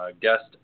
guest